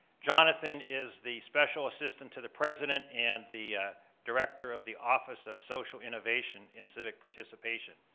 jonathan is the special assistant to the president and the director of the office of social innovation and civic participation.